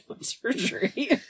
surgery